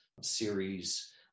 series